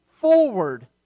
forward